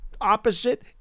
opposite